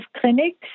clinics